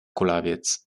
kulawiec